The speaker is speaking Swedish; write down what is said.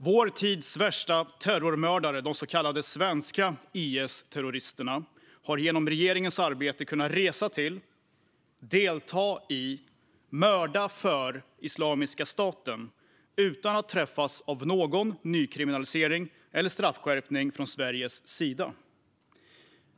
Vår tids värsta terrormördare, de så kallade svenska IS-terroristerna, har genom regeringens arbete kunnat resa till, delta i och mörda för Islamiska staten utan att träffas av någon ny kriminalisering eller straffskärpning från Sveriges sida.